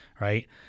Right